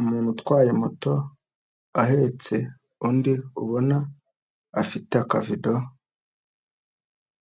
Umuntu utwaye moto ahetse undi ubona afite akavido